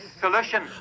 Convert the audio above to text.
solution